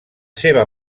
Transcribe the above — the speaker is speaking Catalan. seva